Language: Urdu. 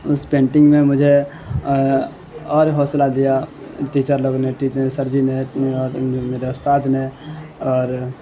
اس پینٹنگ نے مجھے اور حوصلہ دیا ٹیچر لوگ نے سر جی نے اور میرے استاد نے اور